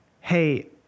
hey